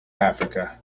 africa